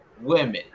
women